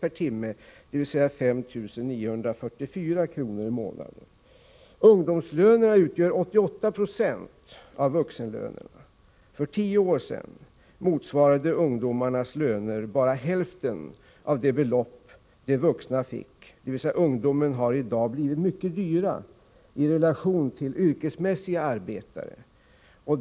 per timme, dvs. 5 944 kr. i månaden. Ungdomslönerna utgör 88 Ze av vuxenlönerna. För tio år sedan motsvarade ungdomarnas löner bara hälften av det belopp de vuxna fick, dvs. ungdomarna har i dag blivit mycket dyra i relation till yrkesmässiga arbetare.